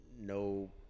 no